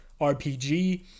RPG